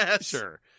Sure